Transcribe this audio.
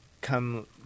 come